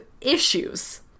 issues